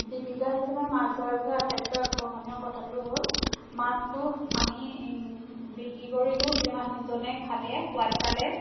জীৱিকা হিচাপে মাছ ধৰাৰ বিষয়ে আটাইতকৈ আকৰ্ষণীয় কথাটো হ'ল মাছটো আমি বিক্ৰী কৰিলোঁ সেই মানুহজনে খালে সোৱাদ পালে